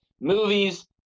Movies